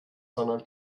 sondern